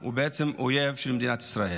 הוא בעצם אויב של מדינת ישראל.